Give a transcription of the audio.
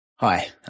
Hi